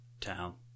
town